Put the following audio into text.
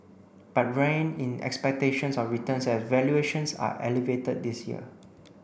but rein in expectations of returns as valuations are elevated this year